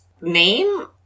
name